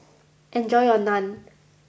enjoy your Naan